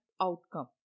outcome